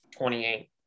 28